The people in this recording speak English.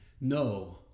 no